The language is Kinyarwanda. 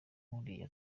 nk’uriya